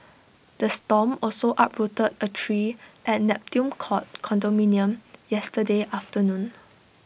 the storm also uprooted A tree at Neptune court condominium yesterday afternoon